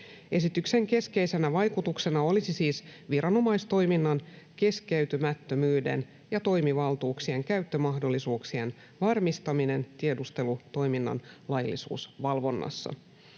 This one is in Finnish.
Esityksen keskeisenä vaikutuksena olisi siis viranomaistoiminnan keskeytymättömyyden ja toimivaltuuksien käyttömahdollisuuksien varmistaminen tiedustelutoiminnan laillisuusvalvonnassa.